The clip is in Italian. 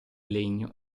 legno